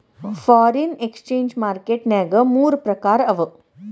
foreign exchange market ನ್ಯಾಗ ಮೂರ್ ಪ್ರಕಾರವ